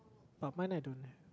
but mine I don't have